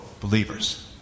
believers